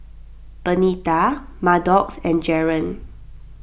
Benita Maddox and Jaren